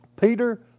Peter